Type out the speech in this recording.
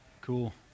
Cool